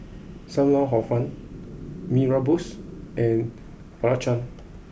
Sam Lau Hor Fun Mee Rebus and Belacan